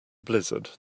blizzard